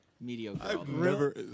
Mediocre